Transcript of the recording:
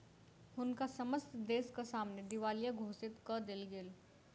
हुनका समस्त देसक सामने दिवालिया घोषित कय देल गेल